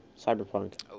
Cyberpunk